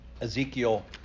Ezekiel